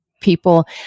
people